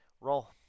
Roll